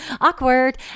Awkward